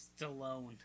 stallone